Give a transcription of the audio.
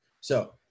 So-